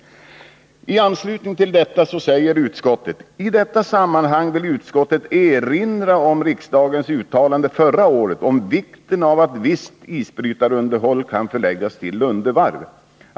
I anslutning till detta säger utskottet: ”T detta sammanhang vill utskottet erinra om riksdagens uttalande förra året om vikten av att visst isbrytarunderhåll kan förläggas till Lunde Varv.